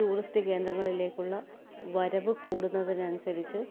tourist കേന്ദ്രങ്ങളിലേക്കുള്ള വരവ് കൂടുന്നതിനനുസരിച്ച്